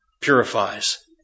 purifies